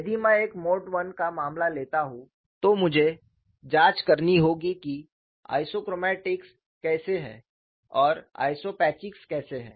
यदि मैं एक मोड I का मामला लेता हूं तो मुझे जांच करनी होगी कि आइसोक्रोमैटिक्स कैसे हैं और आइसोपैचिक्स कैसे हैं